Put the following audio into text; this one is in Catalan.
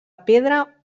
pedra